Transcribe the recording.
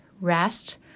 rest